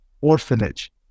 orphanage